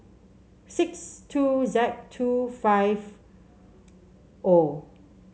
six two Z two five O